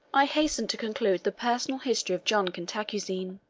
i hasten to conclude the personal history of john cantacuzene.